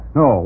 no